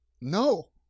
No